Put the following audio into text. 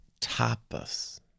tapas